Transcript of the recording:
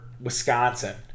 Wisconsin